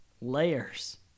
Layers